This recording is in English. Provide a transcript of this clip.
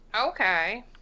Okay